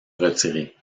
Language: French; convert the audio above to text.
retirer